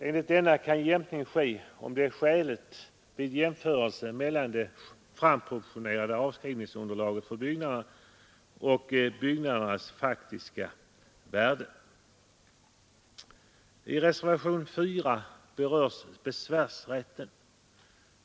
Enligt dessa kan jämkning ske, om detta är skäligt vid jämförelse mellan det framproportionerade värdet för byggnader och byggnadernas faktiska värde. I reservationen 4 berörs besvärsrätten.